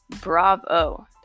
Bravo